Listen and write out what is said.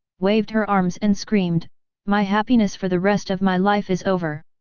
waved her arms and screamed my happiness for the rest of my life is over!